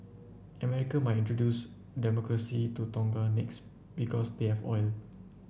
America might introduce Democracy to Tonga next because they have oil